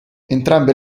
entrambe